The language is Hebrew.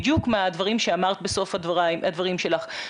בדיוק מהדברים שאמרת בסוף הדברים שלך,